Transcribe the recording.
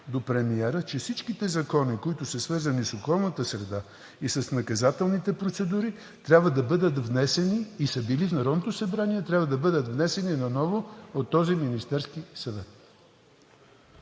до премиера, че всичките закони, свързани с околната среда и с наказателните процедури, и са били в Народното събрание, трябва да бъдат внесени наново от този Министерски съвет.